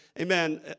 Amen